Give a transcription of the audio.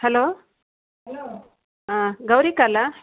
hello hello ಹಾಂ ಗೌರಿ ಕಾಲಾ